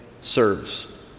serves